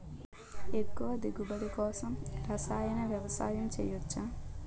ఎక్కువ దిగుబడి కోసం రసాయన వ్యవసాయం చేయచ్చ?